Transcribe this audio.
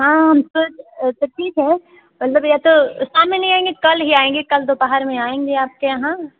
हाँ हम खुद तो ठीक है मतलब या तो शाम में नहीं आएँगे कल ही आएँगे कल दोपहर में आएँगे आपके यहाँ